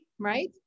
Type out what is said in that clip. Right